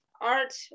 art